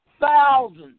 Thousands